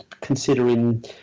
considering